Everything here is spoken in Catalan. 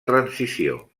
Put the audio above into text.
transició